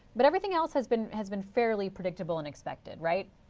but everything else has been has been fairly predictable and expected, right?